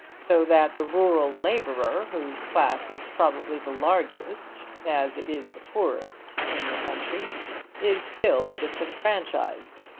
so that the rural labourer whose class is probably the largest, as it is the poorest, in the country is still disfranchised,